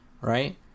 right